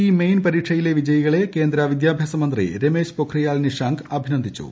E main പരീക്ഷയിലെ വിജയികളെ കേന്ദ്ര വിദ്യാഭ്യാസ മന്ത്രി രമേശ് പൊഖ്രിയാൽ നിഷാങ്ക് അഭിനന്ദിച്ചു